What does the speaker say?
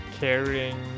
caring